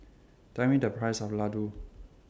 Tell Me The Price of Laddu